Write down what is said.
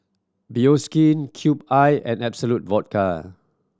Bioskin Cube I and Absolut Vodka